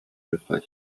hilfreich